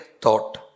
thought